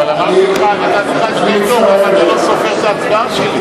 אבל אמרתי לך, אתה לא סופר את ההצבעה שלי.